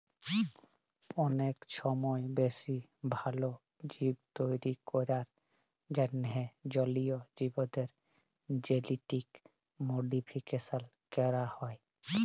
অলেক ছময় বেশি ভাল জীব তৈরি ক্যরার জ্যনহে জলীয় জীবদের জেলেটিক মডিফিকেশল ক্যরা হ্যয়